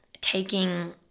taking